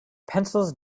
pencils